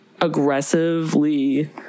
aggressively